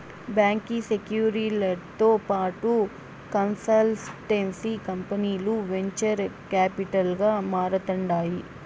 బాంకీ సెక్యూరీలతో పాటు కన్సల్టెన్సీ కంపనీలు వెంచర్ కాపిటల్ గా మారతాండాయి